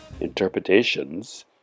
interpretations